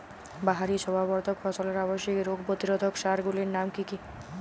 বাহারী শোভাবর্ধক ফসলের আবশ্যিক রোগ প্রতিরোধক সার গুলির নাম কি কি?